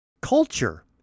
culture